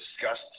discussed